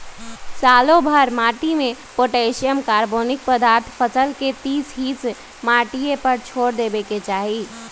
सालोभर माटिमें potassium, carbonic पदार्थ फसल के तीस हिस माटिए पर छोर देबेके चाही